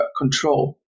control